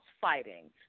fighting